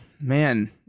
Man